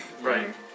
Right